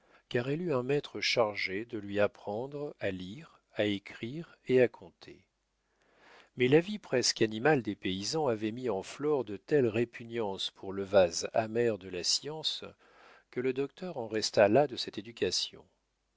car elle eut un maître chargé de lui apprendre à lire à écrire et à compter mais la vie presque animale des paysans avait mis en flore de telles répugnances pour le vase amer de la science que le docteur en resta là de cette éducation